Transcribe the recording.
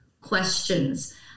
questions